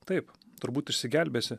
taip turbūt išsigelbėsi